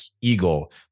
Eagle